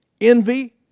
Envy